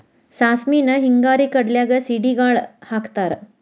ಸಾಸ್ಮಿನ ಹಿಂಗಾರಿ ಕಡ್ಲ್ಯಾಗ ಸಿಡಿಗಾಳ ಹಾಕತಾರ